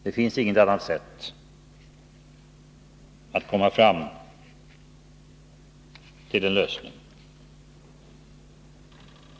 Det finns inget annat sätt att komma fram till en lösning.